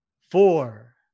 Four